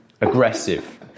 aggressive